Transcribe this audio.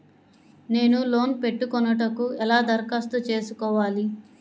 నేను లోన్ పెట్టుకొనుటకు ఎలా దరఖాస్తు చేసుకోవాలి?